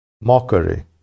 mockery